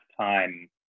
time